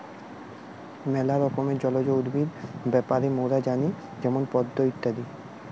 ম্যালা রকমের জলজ উদ্ভিদ ব্যাপারে মোরা জানি যেমন পদ্ম ইত্যাদি